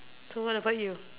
so what about you